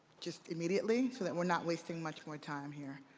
just immediately so we're not wasting much more time here.